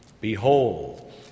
Behold